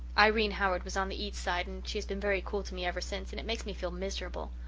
irene howard was on the eats side and she has been very cool to me ever since and it makes me feel miserable.